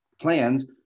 plans